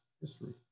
history